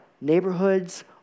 neighborhoods